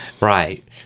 right